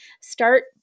Start